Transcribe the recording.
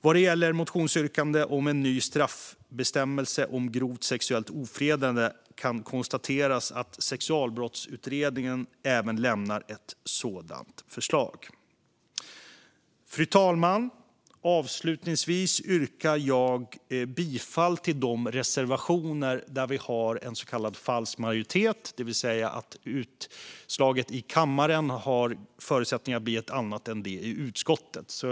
Vad gäller motionsyrkanden om en ny straffbestämmelse om grovt sexuellt ofredande kan konstateras att sexualbrottsutredningen även lämnar ett sådant förslag. Fru talman! Jag yrkar bifall till de reservationer där vi har en så kallad falsk majoritet, det vill säga att utslaget i kammaren har förutsättningar att bli ett annat än det i utskottet.